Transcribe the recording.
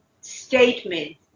statement